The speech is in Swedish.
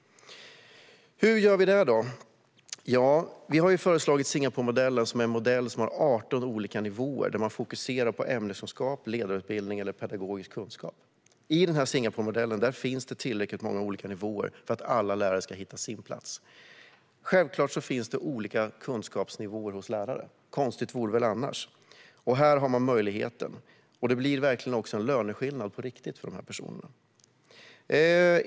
Hur gör vi detta? Vi har föreslagit Singaporemodellen som en modell som har 18 olika nivåer, där man fokuserar på ämneskunskap, ledarutbildning eller pedagogisk kunskap. I denna Singaporemodell finns det tillräckligt många olika nivåer för att alla lärare ska hitta sin plats. Självklart finns det olika kunskapsnivåer hos lärare; konstigt vore det annars. Här har man möjligheten. Det blir verkligen också en löneskillnad på riktigt för dessa personer.